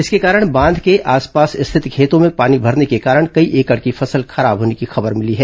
इसके कारण बांध के आसपास स्थित खेतों में पानी भरने के कारण कई एकड़ फसल खराब होने की खबर मिली है